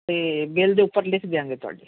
ਅਤੇ ਬਿੱਲ ਦੇ ਉੱਪਰ ਲਿਖ ਦਿਆਂਗੇ ਤੁਹਾਡੇ